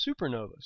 supernovas